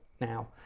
now